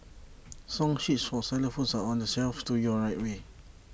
song sheets for xylophones are on the shelf to your right way